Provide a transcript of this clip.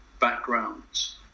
backgrounds